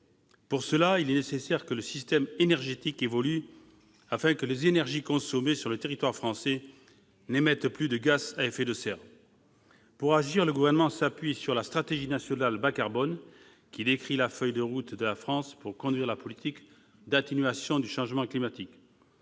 Pour cela, il est nécessaire que le système énergétique évolue, afin que les énergies consommées sur le territoire français n'émettent plus de gaz à effet de serre. Dans son action, le Gouvernement s'appuie sur la stratégie nationale bas carbone, la SNBC, qui décrit la feuille de route de la France pour conduire la politique d'atténuation du changement climatique.